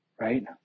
right